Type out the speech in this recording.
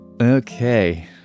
Okay